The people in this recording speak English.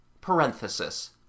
Parenthesis